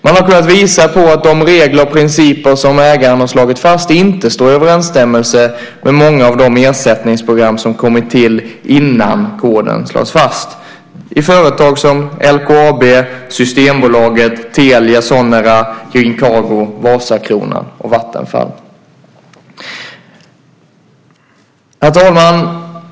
Man har kunnat visa på att de regler och principer som ägaren har slagit fast inte står i överensstämmelse med många av de ersättningsprogram som kommit till innan koden slogs fast i företag som LKAB, Systembolaget, Telia Sonera, Green Cargo, Vasakronan och Vattenfall. Herr talman!